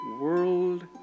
world